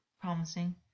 promising